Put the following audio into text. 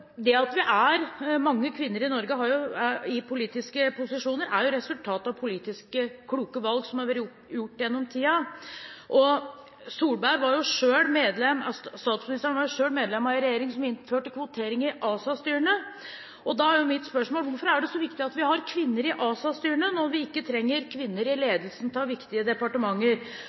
Det at vi er mange kvinner i Norge i politiske posisjoner, er resultatet av politisk kloke valg som har vært gjort gjennom tiden, og statsministeren var jo selv medlem av en regjering som innførte kvotering i ASA-styrene. Da er mitt spørsmål: Hvorfor er det så viktig at vi har kvinner i ASA-styrene, når vi ikke trenger kvinner i ledelsen av viktige departementer?